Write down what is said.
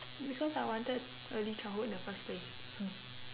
because I wanted early childhood in the first place